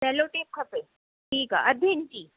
Cello tape खपे ठीकु आहे अधु ईंची